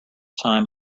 time